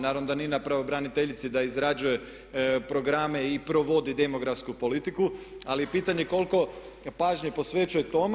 Naravno da nije na pravobraniteljici da izrađuje programe i provodi demografsku politiku ali je pitanje koliko pažnje posvećuje tome.